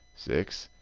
six,